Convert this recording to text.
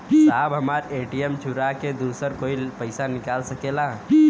साहब हमार ए.टी.एम चूरा के दूसर कोई पैसा निकाल सकेला?